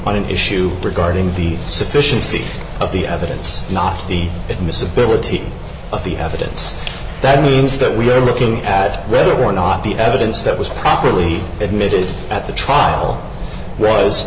on an issue regarding the sufficiency of the evidence not the miss ability of the evidence that means that we are looking at whether or not the evidence that was properly admitted at the trial was